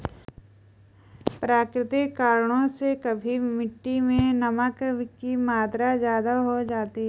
प्राकृतिक कारणों से कभी मिट्टी मैं नमक की मात्रा ज्यादा हो जाती है